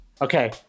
Okay